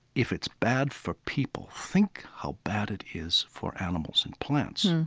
if it's bad for people, think how bad it is for animals and plants,